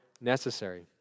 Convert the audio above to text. necessary